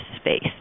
space